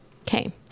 Okay